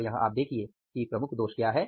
और यहाँ आप देखिये कि प्रमुख दोष क्या है